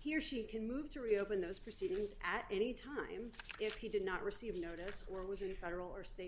he or she can move to reopen those proceedings at any time if he did not receive the notice or was a federal or state